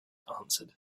answered